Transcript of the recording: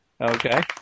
Okay